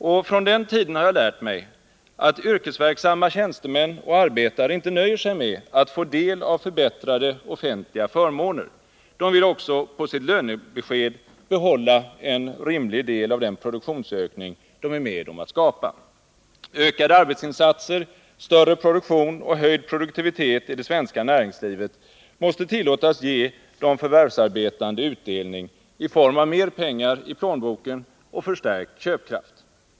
Och från den tiden har jag lärt mig att yrkesverksamma tjänstemän och arbetare inte nöjer sig med att få del av förbättrade offentliga förmåner — de vill på sitt lönebesked behålla en rimlig del av den produktionsökning de är med om att skapa. Ökade arbetsinsatser, större produktion och höjd produktivitet i det svenska näringslivet måste tillåtas ge de förvärvsarbetande utdelning i form av mer pengar i plånboken och förstärkt köpkraft.